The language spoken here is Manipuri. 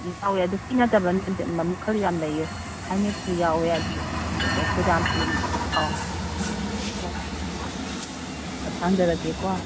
ꯌꯥꯎꯋꯦ ꯑꯗꯣ ꯁꯤꯅꯠꯇꯕ ꯈꯔ ꯌꯥꯝ ꯂꯩꯌꯦ ꯍꯥꯏꯅꯦꯛꯁꯨ ꯌꯥꯎꯋꯦ ꯑꯗꯨꯗꯨ ꯉꯥꯏꯈꯣꯀꯣ ꯀꯨꯗꯥꯝꯁꯨ ꯑꯧ ꯊꯥꯡꯗꯔꯛꯀꯦꯀꯣ